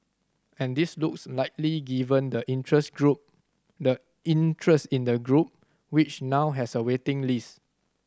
and this looks likely given the interest group the interest in the group which now has a waiting list